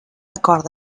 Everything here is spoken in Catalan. acord